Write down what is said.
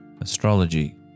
Astrology